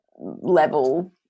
level